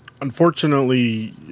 Unfortunately